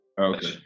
okay